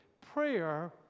prayer